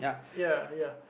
ya ya